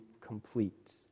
complete